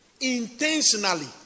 intentionally